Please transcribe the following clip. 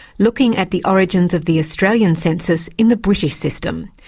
looking at the origins of the australian census in the british system,